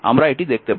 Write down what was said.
আমরা এটি দেখতে পাব